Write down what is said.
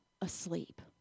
asleep